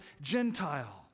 Gentile